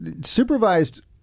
Supervised